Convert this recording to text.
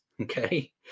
okay